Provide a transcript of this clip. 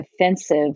offensive